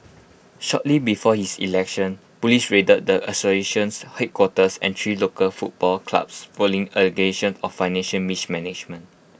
shortly before his election Police raided the association's headquarters and three local football clubs following allegations of financial mismanagement